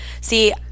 See